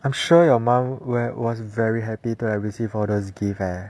I'm sure your mum was very happy to receive all those gifts eh